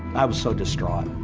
i was so distraught.